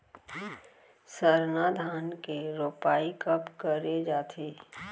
सरना धान के रोपाई कब करे जाथे?